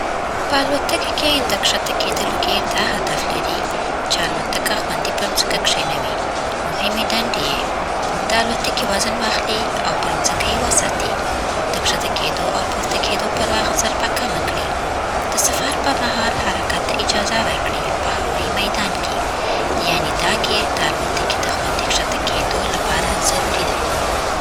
په الوتکو کې د ښکته کېدلو ګیر دا هدف لري چې الوتکه خوندي پر ځمکه کښېنوي. مهمې دندې‌یې: د الوتکې وزن واخلي او پر ځمکه یې وساتي. د کښته کېدو او پورته کېدو پر وخت ضربه کمه کړي. د سفر پر مهال حرکت ته اجازه ورکړي په هوايي میدان کې. یعنې، دا ګیر د الوتکې د خوندي کښته کېدو لپاره ضروري دی.